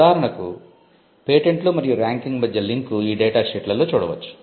ఉదాహరణకు పేటెంట్లు మరియు ర్యాంకింగ్ మధ్య లింక్ ఈ డేటా షీట్లలో చూడవచ్చు